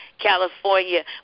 California